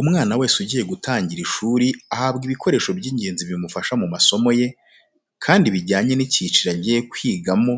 Umwana wese ugiye gutangira ishuri ahabwa ibikoresho by'ingenzi bimufasha mu masomo ye, kandi bijyanye n'icyiciro agiye kwigamo